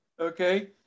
okay